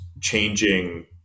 changing